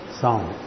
sound